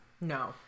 No